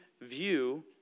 view